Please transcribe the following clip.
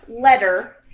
letter